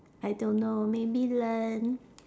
I don't know maybe learn